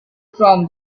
from